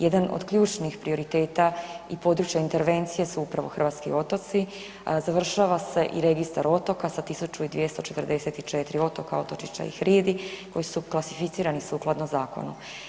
Jedan od ključnih prioriteta i područja intervencije su upravo hrvatski otoci, završava se i registar otoka sa 1244 otoka, otočića i hridi koji su klasificirani sukladno zakonu.